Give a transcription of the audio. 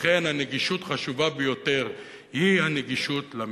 לכן, הנגישות החשובה ביותר היא הנגישות למידע.